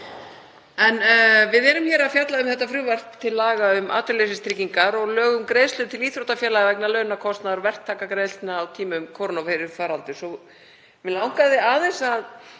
En við erum hér að fjalla um frumvarp til laga um atvinnuleysistryggingar og lög um greiðslur til íþróttafélaga vegna launakostnaðar og verktakagreiðslna á tímum kórónuveirufaraldurs.